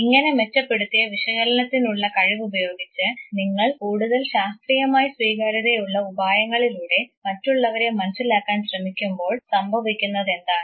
ഇങ്ങനെ മെച്ചപ്പെടുത്തിയ വിശകലനത്തിനുള്ള കഴിവുപയോഗിച്ച് നിങ്ങൾ കൂടുതൽ ശാസ്ത്രീയമായി സ്വീകാര്യതയുള്ള ഉപായങ്ങളിലൂടെ മറ്റുള്ളവരെ മനസ്സിലാക്കാൻ ശ്രമിക്കുമ്പോൾ സംഭവിക്കുന്നതെന്താണ്